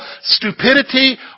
stupidity